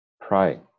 pray